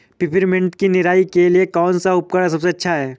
Peppermint की निराई के लिए कौन सा उपकरण सबसे अच्छा है?